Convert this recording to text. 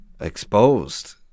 exposed